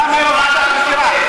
למה לא ועדת חקירה?